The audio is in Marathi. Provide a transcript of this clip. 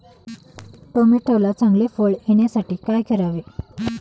टोमॅटोला चांगले फळ येण्यासाठी काय करावे?